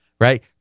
right